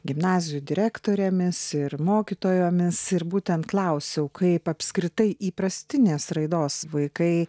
gimnazijų direktorėmis ir mokytojomis ir būtent klausiau kaip apskritai įprastinės raidos vaikai